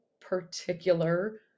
particular